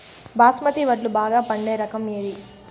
బాస్మతి వడ్లు బాగా పండే రకం ఏది